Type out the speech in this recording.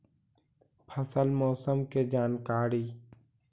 फसल मौसम के जानकारी?